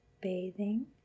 bathing